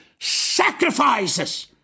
sacrifices